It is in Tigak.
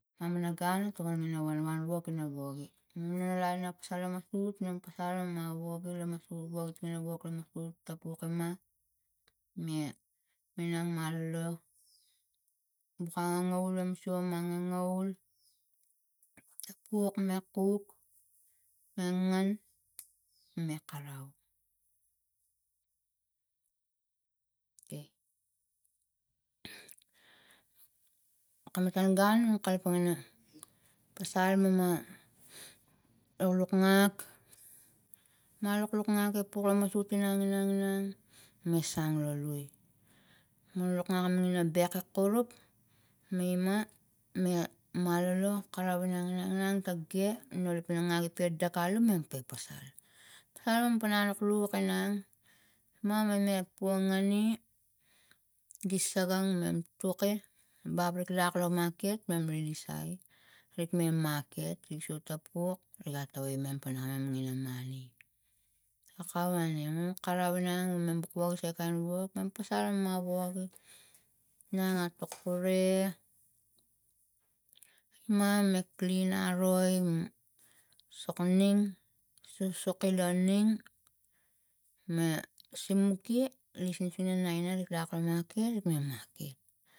Mam ina gun tawan imam wanwan wok ina wage mi nang mam lana pasal lo masut mam pasal mam na wage la masut tapuk ima mia minang malolo maku ngangavul la masut minang malolo puk me kuk me ngan me karau okai ka matan gun mam kalapang ina pasal mam ma lukluk ngak. ma lukluk ngak me puk me masuk inang inang sang lo lui me lukluk ngak ina beg lo kuruk me ima me malolo karau inang inang ta ge na lukluk ma ina ta ge alu me pasal. pasal me pana ek lukluk panang me pungani gi sagan mam tuke bapwek lak la maket mem relisai e rik mem maket ik sua taput iga tawai imam pana mam gina mani akau ane mu karau enang mam clos ekang wok mam pasal mama woge inang a kure ma me klin aroi soko ning su sekilong ning me simuke lis sinsina naina rik lak la maket rik me maket.